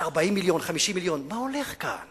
40 מיליון, 50 מיליון, מה הולך כאן?